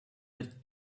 with